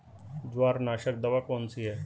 जवारनाशक दवा कौन सी है?